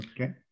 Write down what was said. Okay